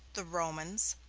the romans,